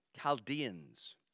Chaldeans